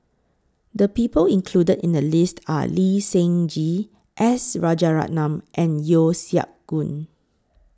The People included in The list Are Lee Seng Gee S Rajaratnam and Yeo Siak Goon